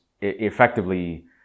effectively